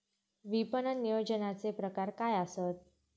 विपणन नियोजनाचे प्रकार काय आसत?